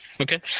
Okay